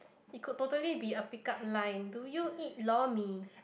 it could totally be a pick up line do you eat lor-mee